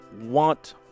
want